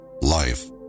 life